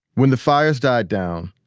when the fires died down,